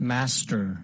Master